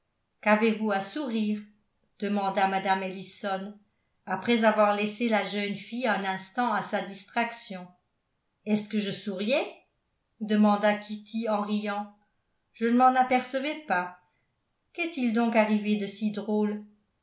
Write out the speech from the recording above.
qu'avez-vous à sourire demanda mme ellison après avoir laissé la jeune fille un instant à sa distraction est-ce que je souriais demanda kitty en riant je ne m'en apercevais pas qu'est-il donc arrivé de si drôle